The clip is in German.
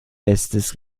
bestes